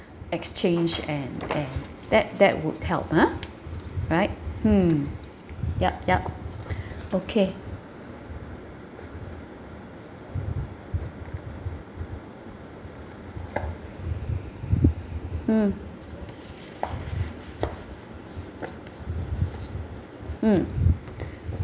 exchange and and that that would help ah right hmm ya ya okay hmm hmm